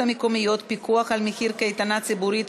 המקומיות (פיקוח על מחיר קייטנה ציבורית),